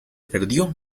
perdió